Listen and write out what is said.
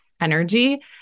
energy